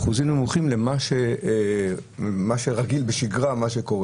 באחוזים נמוכים למה שרגיל בשגרה.